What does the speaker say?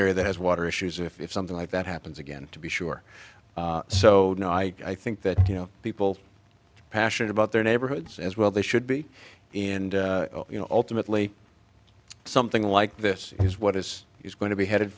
area that has water issues if something like that happens again to be sure so you know i think that you know people are passionate about their neighborhoods as well they should be and you know ultimately something like this is what is is going to be headed